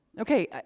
Okay